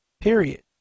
period